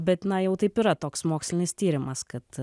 bet na jau taip yra toks mokslinis tyrimas kad